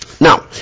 Now